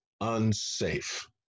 unsafe